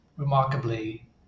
Remarkably